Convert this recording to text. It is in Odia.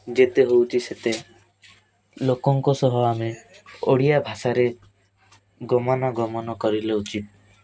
ଯେତେ ହେଉଛି ସେତେ ଲୋକଙ୍କ ସହ ଆମେ ଓଡ଼ିଆ ଭାଷାରେ ଗମାନା ଗମନ କରିଲେ ଉଚିତ